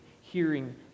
hearing